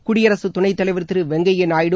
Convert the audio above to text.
குடியரசுத் துணை தலைவர் திரு வெங்கய்யா நாயுடு